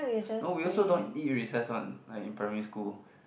no we also don't want eat in recess one like primary school